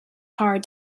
hard